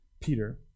Peter